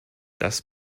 das